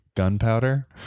Gunpowder